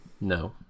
No